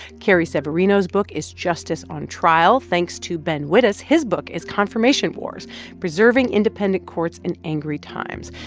carrie severino's book is justice on trial. thanks to ben wittes. his book is confirmation wars preserving independent courts in angry times.